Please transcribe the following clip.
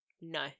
No